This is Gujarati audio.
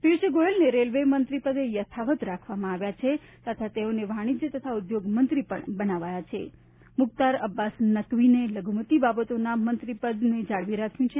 પિયુષ ગોયેલને રેલવે મંત્રી પદે યથાવત રાખવામાં આવ્યા છે તથા તેઓને વાણિજય તથા ઉદ્યોગ મંત્રી પણ બનાવાયા છે મુખ્નાર અબ્બાસ નકવીએ લઘુમતી બાબતોના મંત્રી પદને જાળવી રાખ્યું છે